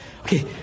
Okay